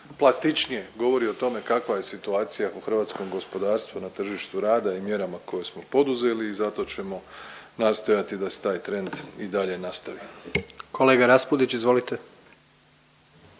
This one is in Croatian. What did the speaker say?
najplastičnije govori o tome kakva je situacija u hrvatskom gospodarstvu na tržištu rada i na mjerama koje smo poduzeli i zato ćemo nastojati da se taj trend i dalje nastavi. **Jandroković, Gordan